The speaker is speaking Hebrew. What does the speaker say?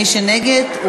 מי שנגד,